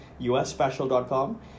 USspecial.com